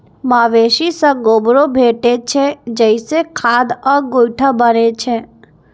मवेशी सं गोबरो भेटै छै, जइसे खाद आ गोइठा बनै छै